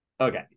okay